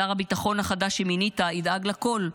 שר הביטחון החדש שמינית ידאג לכול.